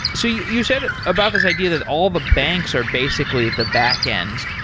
so you you said about this idea that all the banks are basically the backends.